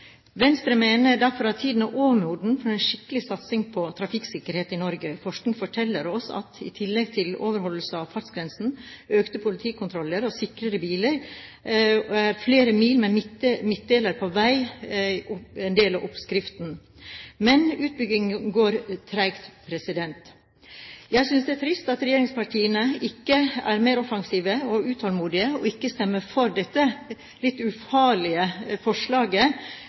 Venstre mener derfor at tiden er overmoden for en skikkelig satsing på trafikksikkerhet i Norge. Forskning forteller oss at i tillegg til overholdelse av fartsgrensen, økte politikontroller og sikrere biler er flere mil med midtdelere på vei en del av oppskriften, men utbyggingen går tregt. Jeg synes det er trist at regjeringspartiene ikke er mer offensive og utålmodige og ikke stemmer for dette litt ufarlige forslaget